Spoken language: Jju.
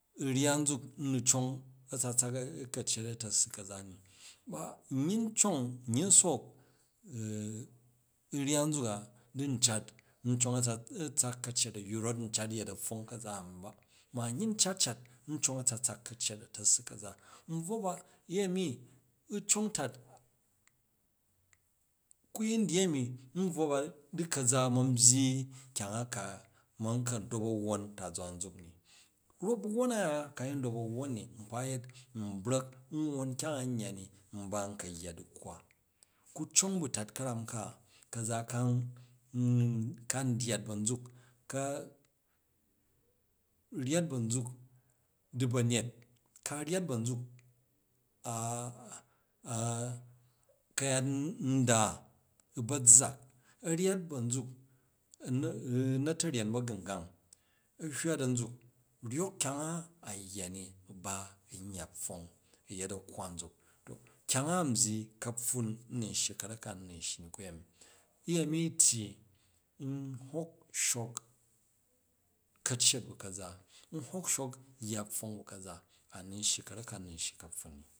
Uryya nzuku̱ nu cong a̱tsa̱tsak ka̱ccet a̱ta̱ssu ka̱za ni n yin cong n yin sook u̱ ryya nzuk a din cat n cong a̱tsa, tsak ka̱ccet rot n cat nyet a̱pfwong ka̱za a̱mi ba nyin cat cat n cong a̱tsa̱tsak ka̱ccet a̱ta̱ssu ka̱za n bvwo ba uyeni u̱ cong tat ku yin dyyi a̱mi n bvwo ba di ka̱za a̱ man byyi kyang a ka ma̱n ka̱ndop a̱ sak a̱nta̱zwa nzuk ni, wu wwon a̱ya kayu dop a̱ wwon ni nkpa yet n drok n wwon kyang a̱ n yya ni n ba nka yya du̱kkwa ku̱ cong bu̱tat ka̱ram ka̱za kan ndyat ba̱n zuk, ka ryyat banzuk du̱ ba̱nyet, ka ryyat ba̱n zuk ka̱yat nda u̱ ba̱zzak ka ryyat ba̱n zuk u̱ na̱ta̱ryen ba̱gungang a hywa da nzuk, ryok kyang a a yya ni u̱ ba n yya pfong u yet a̱kkwa nzuk, kyang a n byyi ka̱pffun n nun shyi ka̱rak ka u̱ nun shyi ni u̱ kuyemi, uyemi tyyi n hoh shok ka̱ccet bu̱ kaza n hok shok yya pfwong bu ka̱za a nu̱n shyi ka̱rak ka̱ u̱ nu̱n shyi ni ka̱pffun.